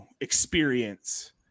experience